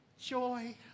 Joy